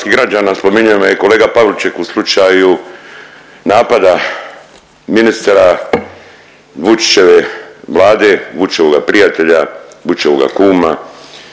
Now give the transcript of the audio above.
Hvala vam